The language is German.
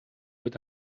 wird